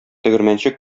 тегермәнче